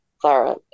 Clara